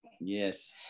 Yes